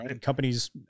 companies